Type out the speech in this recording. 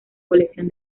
colección